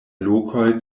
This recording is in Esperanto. lokoj